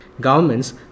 Governments